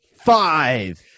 Five